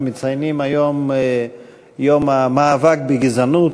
אנחנו מציינים היום את יום המאבק בגזענות,